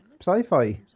Sci-fi